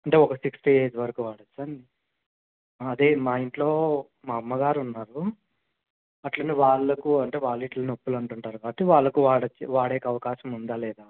అంటే ఒక sixty age వరకు వాడవచ్చా అండి అదే మా ఇంట్లో మా అమ్మగారు ఉన్నారు అట్లనే వాళ్ళకు అంటే వాళ్ళు ఇట్లా నొప్పులు అంటుంటారు కాబట్టి వాళ్ళకు వాడవచ్చా వాడేకి అవకాశం ఉందా లేదా అని